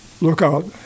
lookout